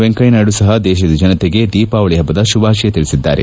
ವೆಂಕಯ್ಯನಾಯ್ಗು ಸಹ ದೇಶದ ಜನತೆಗೆ ದೀಪಾವಳಿ ಹಬ್ಬದ ಶುಭಾಶಯ ತಿಳಿಸಿದ್ದಾರೆ